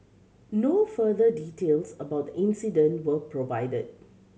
no further details about the incident were provided